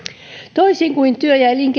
toisin kuin työ ja ja